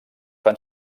fan